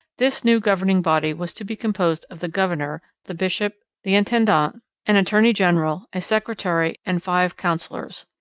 this new governing body was to be composed of the governor, the bishop, the intendant an attorney-general, a secretary, and five councillors.